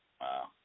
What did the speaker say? Wow